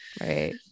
Right